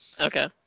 Okay